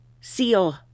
seal